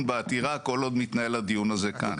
בעתירה כל עוד מתנהל הדיון הזה כאן.